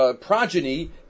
Progeny